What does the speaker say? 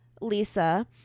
Lisa